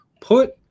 Put